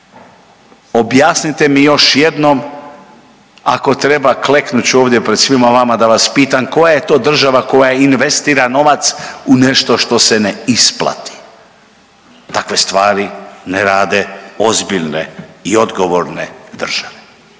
Objasnite mi još jednom, ako treba kleknut ću ovdje pred svima vama da vas pitam koja je to država koja investira novac u nešto što se ne isplati? Dakle, stvari ne rade ozbiljne i odgovorne države.